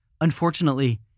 Unfortunately